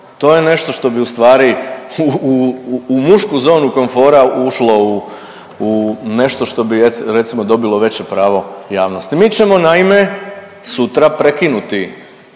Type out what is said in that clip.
To je nešto što bi ustvari u mušku zonu komfora ušlo u nešto što bi recimo dobilo veće pravo javnosti. Mi ćemo naime sutra prekinuti